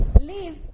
leave